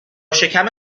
شکم